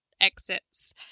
exits